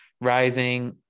rising